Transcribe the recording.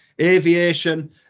aviation